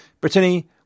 Brittany